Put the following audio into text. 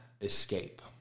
escape